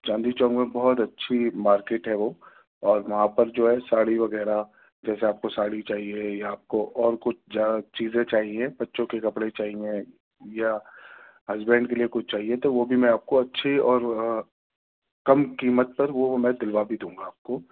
چاندنی چوک میں بہت اچھی مارکیٹ ہے وہ اور وہاں پر جو ہے ساڑی وغیرہ جیسے آپ کو ساڑی چاہیے یا آپ کو اور کچھ جا چیزیں چاہیے بچوں کے کپڑے چاہیے یا ہسبینڈ کے لیے کچھ چاہیے تو وہ بھی میں آپ کو اچھی اور کم قیمت پر وہ میں دلوا بھی دوں گا آپ کو